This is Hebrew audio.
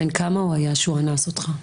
בן כמה הוא היה כשהוא אנס אותך?